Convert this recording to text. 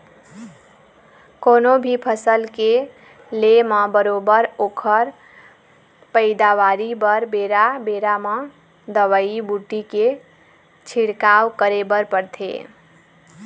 कोनो भी फसल के ले म बरोबर ओखर पइदावारी बर बेरा बेरा म दवई बूटी के छिड़काव करे बर परथे